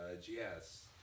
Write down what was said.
Yes